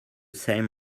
same